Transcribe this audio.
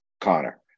Connor